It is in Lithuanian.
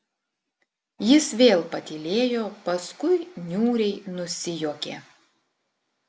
jis vėl patylėjo paskui niūriai nusijuokė